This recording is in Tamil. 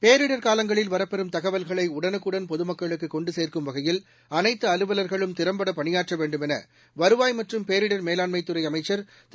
பேரிடர் காலங்களில் வரப்பெறும் தகவல்களை உடனுக்குடன் பொதுமக்களுக்கு கொண்டு சேர்க்கும் வகையில் அனைத்து அலுவள்களும் திறம்பட பணியாற்ற வேண்டுமென வருவாய் மற்றம் பேரிடர் மேலாண்மைத்துறை அமைச்சர் திரு